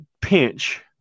pinch